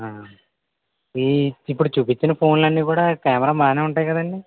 ఈ ఇప్పుడు చూపించిన ఫోన్ లు అన్నీ కూడా కెమెరా బాగానే ఉంటాయి కదండి